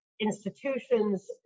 institutions